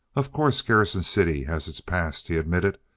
of course, garrison city has its past, he admitted,